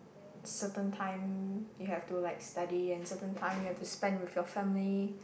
certain time you have to like study and certain time you have to spend with your family